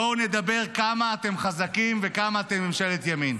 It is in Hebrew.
בואו נדבר על כמה אתם חזקים ועל כמה אתם ממשלת ימין,